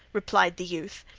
replied the youth,